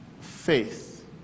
faith